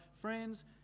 Friends